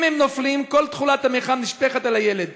ואם הם נופלים, כל תכולת המיחם נשפכת על הילד.